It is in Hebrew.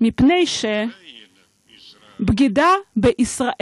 מפני שבגידה בישראל